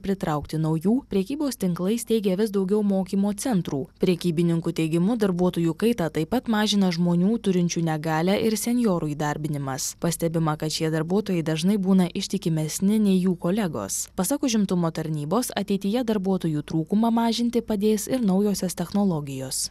pritraukti naujų prekybos tinklai steigia vis daugiau mokymo centrų prekybininkų teigimu darbuotojų kaitą taip pat mažina žmonių turinčių negalią ir senjorų įdarbinimas pastebima kad šie darbuotojai dažnai būna ištikimesni nei jų kolegos pasak užimtumo tarnybos ateityje darbuotojų trūkumą mažinti padės ir naujosios technologijos